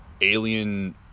alien